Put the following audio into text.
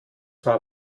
war